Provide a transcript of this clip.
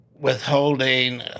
withholding